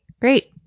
Great